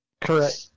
Correct